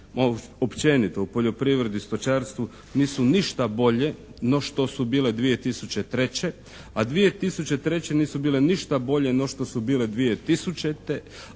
u poljoprivredi i stočarstvu nisu ništa bolje no što su bile 2003. a 2003. nisu bile ništa bolje no što su bile 2000.